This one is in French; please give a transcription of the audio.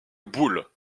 boules